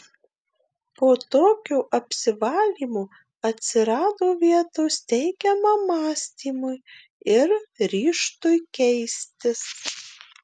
po tokio apsivalymo atsirado vietos teigiamam mąstymui ir ryžtui keistis